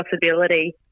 possibility